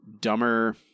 dumber